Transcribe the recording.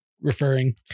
referring